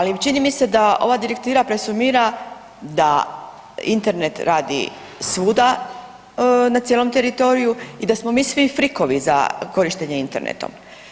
Ali čini mi se da ova direktiva presumira da Internet radi svuda na cijelom teritoriju i da smo mi svi freakovi za korištenje internetom.